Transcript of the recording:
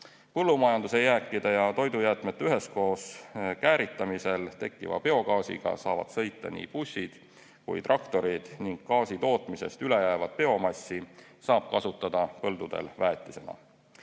Põllumajanduse jääkide ja toidujäätmete üheskoos kääritamisel tekkiva biogaasiga saavad sõita nii bussid kui ka traktorid ning gaasitootmisest ülejäävat biomassi saab kasutada põldudel väetisena.